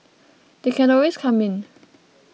they can always come in